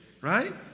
right